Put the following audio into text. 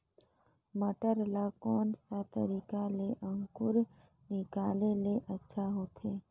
मटर ला कोन सा तरीका ले अंकुर निकाले ले अच्छा होथे?